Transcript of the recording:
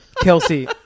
Kelsey